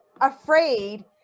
afraid